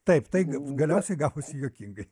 taip tai galiausiai gavosi juokingai